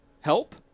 help